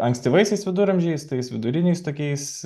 ankstyvaisiais viduramžiais tais viduriniais tokiais